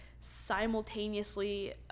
simultaneously